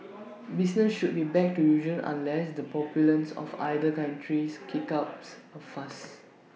business should be back to usual unless the populace of either countries kicks ups A fuss